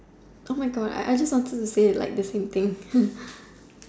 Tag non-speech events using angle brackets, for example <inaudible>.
Oh my God I just wanted to say it like the same thing <laughs>